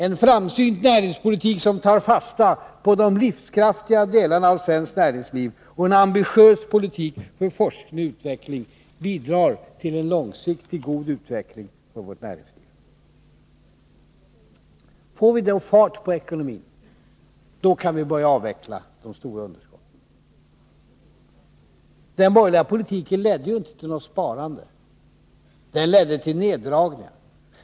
En framsynt näringspolitik, som tar fasta på de livskraftiga delarna av svenskt näringsliv, och en ambitiös politik för forskning och utveckling bidrar till en långsiktig och god utveckling för vårt näringsliv. Får vi då fart på ekonomin kan vi börja avveckla de stora underskotten. Den borgerliga politiken ledde ju inte till något sparande. Den ledde till neddragningar.